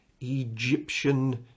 egyptian